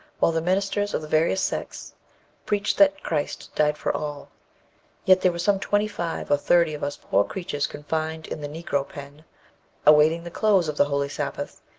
while the ministers of the various sects preached that christ died for all yet there were some twenty-five or thirty of us poor creatures confined in the negro pen awaiting the close of the holy sabbath,